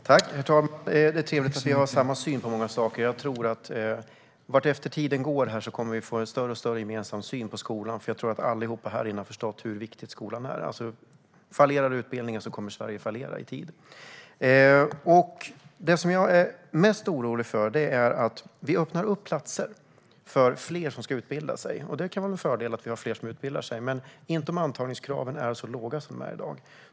Herr talman! Det är trevligt att vi har samma syn på många saker. Vartefter tiden går tror jag att vi kommer att få en alltmer gemensam syn på skolan, för jag tror att alla härinne har förstått hur viktig skolan är. Fallerar utbildningen kommer Sverige att fallera med tiden. Vi öppnar upp platser för fler att utbilda sig. Det kan vara en fördel att vi har fler som utbildar sig, men inte om antagningskraven är så låga som de är i dag.